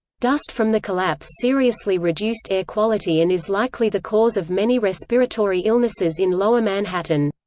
dust from the collapse seriously reduced air quality and is likely the cause of many respiratory illnesses in lower manhattan.